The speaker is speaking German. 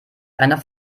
einer